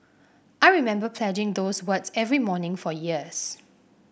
I remember pledging those words every morning for years